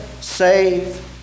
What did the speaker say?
save